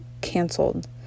canceled